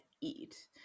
eat